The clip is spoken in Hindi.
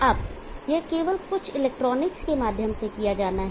अब यह केवल कुछ इलेक्ट्रॉनिक्स के माध्यम से किया जाना है